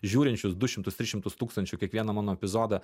žiūrinčius du šimtus tris šimtus tūkstančių kiekvieną mano epizodą